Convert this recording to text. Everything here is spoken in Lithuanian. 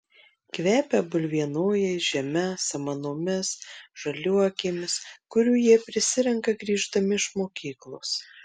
kvepia bulvienojais žeme samanomis žaliuokėmis kurių jie prisirenka grįždami iš mokyklos